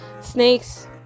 snakes